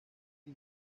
que